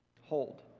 Hold